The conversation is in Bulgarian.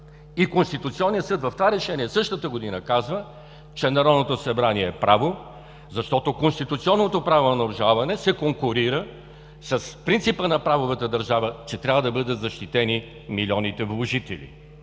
и Конституционният съд в това Решение същата година казва, че Народното събрание е право, защото конституционното право на обжалване се конкурира с принципа на правовата държава, че трябва да бъдат защитени милионите вложители,